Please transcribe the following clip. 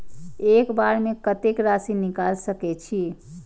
एक बार में कतेक राशि निकाल सकेछी?